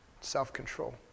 self-control